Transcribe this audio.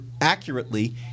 accurately